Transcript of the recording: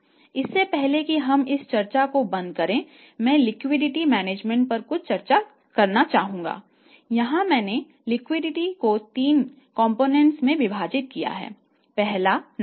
इससे पहले कि हम इस चर्चा को बंद करें मैं लिक्विडिटी मैनेजमेंट कहा जाता है